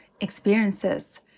experiences